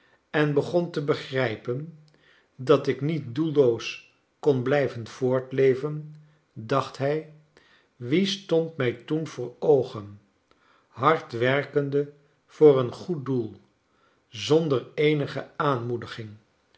en begon te begrijpen dat ik niet doelloos kon blijven voortleven dacht hg wie stond mij toen voor oogen hard werkende voor een goed doelj zonder eenige aanmoediging